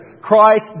Christ